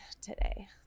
today